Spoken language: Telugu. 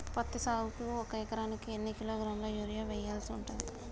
పత్తి సాగుకు ఒక ఎకరానికి ఎన్ని కిలోగ్రాముల యూరియా వెయ్యాల్సి ఉంటది?